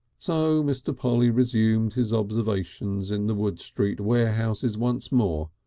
so mr. polly resumed his observations in the wood street warehouses once more,